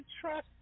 trust